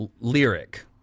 lyric